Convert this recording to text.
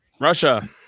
Russia